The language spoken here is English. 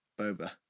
Boba